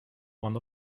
one